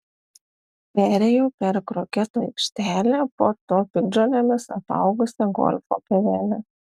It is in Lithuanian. perėjau per kroketo aikštelę po to piktžolėmis apaugusią golfo pievelę